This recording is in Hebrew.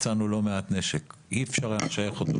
מצאנו לא מעט נשק, אי אפשר היה לשייך אותו.